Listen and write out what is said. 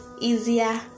Easier